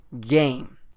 game